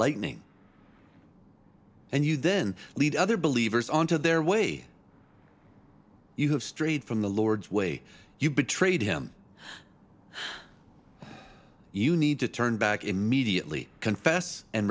lightning and you then lead other believers on to their way you have strayed from the lord's way you betrayed him you need to turn back immediately confess and